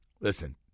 Listen